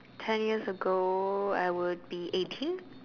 ten years ago I would be eighteen